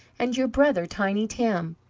and your brother, tiny tim?